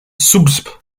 subsp